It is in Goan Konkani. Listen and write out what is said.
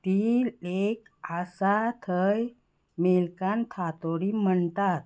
ती लेक आसा थंय मेल्कान थातोडी म्हणटात